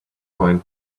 fine